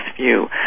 view